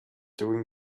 doing